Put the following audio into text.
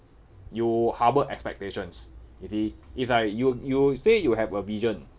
you harbour expectations you see it's like you you say you have a vision